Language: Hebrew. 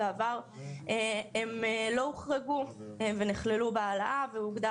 בעבר הם9 לא ה וחרגו ונכללו בהעלאה והוגדר